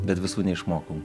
bet visų neišmokau